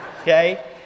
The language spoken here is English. Okay